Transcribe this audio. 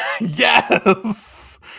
Yes